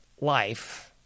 life